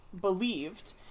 Believed